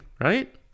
right